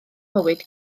mywyd